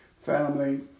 Family